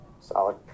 Solid